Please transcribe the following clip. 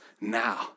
now